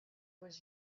was